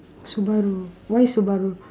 Subaru why Subaru